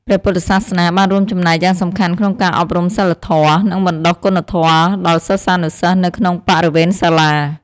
ព្រះពុទ្ធសាសនាបានរួមចំណែកយ៉ាងសំខាន់ក្នុងការអប់រំសីលធម៌ និងបណ្ដុះគុណធម៌ដល់សិស្សានុសិស្សនៅក្នុងបរិវេណសាលា។